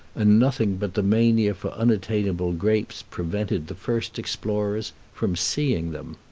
and nothing but the mania for unattainable grapes prevented the first explorers from seeing them.